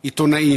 עיתונאים?